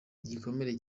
igikomeye